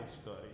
study